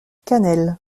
cannelle